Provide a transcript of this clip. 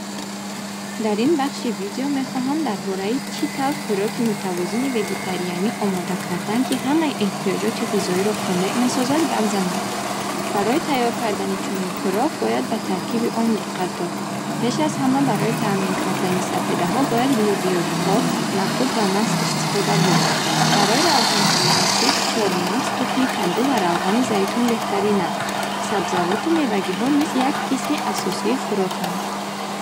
Дар ин бахши видео мехоҳам дар бораи чӣ тавр хӯроки мутавозини вегетарианӣ омода кардан, ки ҳамаи эҳтиёҷоти ғизоиро қонеъ созад гап занам. Барои тайёр кардани чунин хӯрок бояд ба таркиби он диққат дод. Пеш аз ҳама, барои таъмин кардани сафедаҳо бояд лӯбиёгиҳо, нахӯд ва наск истифода бурд. Барои равғанҳои муфид, чормағз, тухми каду ва равғани зайтун беҳтаринанд. Сабзавоту меваҳогиҳо низ як қисми асосии хӯроканд.